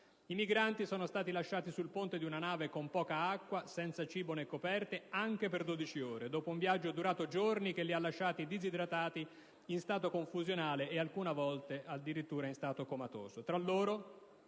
i migranti sono stati lasciati sul ponte di una nave con poca acqua, senza cibo, né coperte anche per 12 ore, dopo un viaggio durato giorni che li ha lasciati disidradati, in stato confusionale e, alcune volte, in stato comatoso. Tra loro